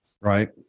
Right